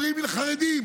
אומרים: אלה חרדים,